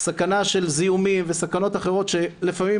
סכנה של זיהומים וסכנות אחרות שלפעמים,